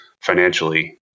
financially